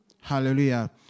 Hallelujah